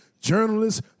journalists